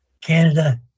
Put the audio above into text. Canada